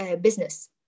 business